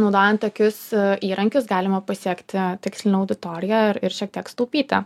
naudojant tokius įrankius galima pasiekti tikslinę auditoriją ir ir šiek tiek sutaupyti